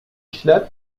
kişiler